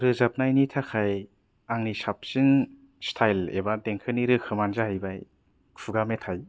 रोजाबनाायनि थाखाय आंनि साबसिन सटाइल एबा देंखोनि रोखोमानो जायैबाय खुगा मेथाय